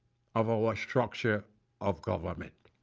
of our structure of government.